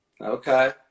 Okay